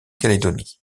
calédonie